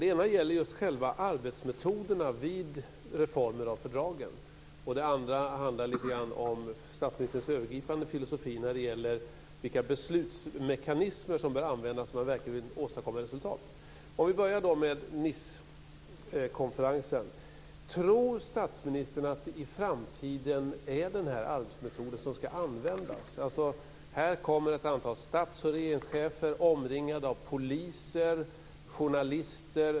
Den ena gäller arbetsmetoderna vid reformering av fördragen, och den andra handlar om statsministerns övergripande filosofi vad avser vilka beslutsmekanismer som bör användas för att verkligen åstadkomma resultat. Jag börjar med Nicekonferensen. Tror statsministern att samma arbetsmetod ska användas också i framtiden, med ett antal stats och regeringschefer som kommer omringade av poliser och journalister.